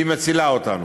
והיא מצילה אותנו,